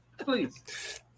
Please